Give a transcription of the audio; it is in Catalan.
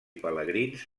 pelegrins